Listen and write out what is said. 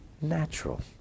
natural